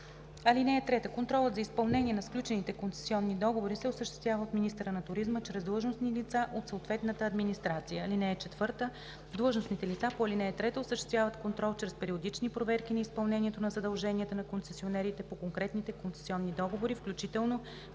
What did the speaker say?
(3) Контролът за изпълнение на сключените концесионни договори се осъществява от министъра на туризма чрез длъжностни лица от съответната администрация. (4) Длъжностните лица по ал. 3 осъществяват контрол чрез периодични проверки на изпълнението на задълженията на концесионерите по конкретните концесионни договори, включително